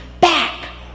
back